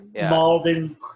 Malden